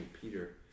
Peter